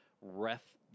ref